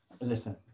Listen